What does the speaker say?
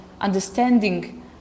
understanding